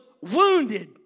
wounded